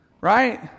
Right